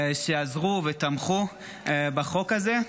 שעזרו ותמכו בחוק הזה.